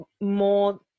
more